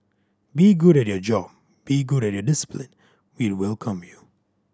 be good at your job be good at your discipline we'd welcome you